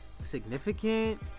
significant